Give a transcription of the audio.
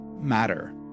matter